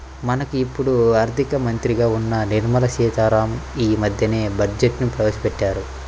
మనకు ఇప్పుడు ఆర్థిక మంత్రిగా ఉన్న నిర్మలా సీతారామన్ యీ మద్దెనే బడ్జెట్ను ప్రవేశపెట్టారు